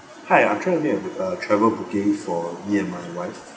hi I try to make a a travel booking for me and my wife